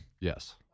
Yes